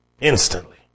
Instantly